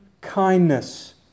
kindness